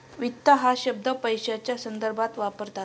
वित्त हा शब्द पैशाच्या संदर्भात वापरतात